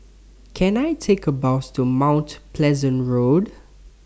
Can I Take A Bus to Mount Pleasant Road